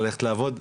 ללכת לעבוד,